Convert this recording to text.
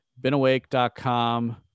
beenawake.com